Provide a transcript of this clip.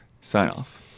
sign-off